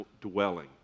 dwelling